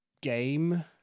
game